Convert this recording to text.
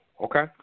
Okay